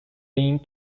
being